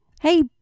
Hey